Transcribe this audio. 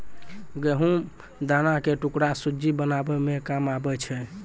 गहुँम दाना के टुकड़ा सुज्जी बनाबै मे काम आबै छै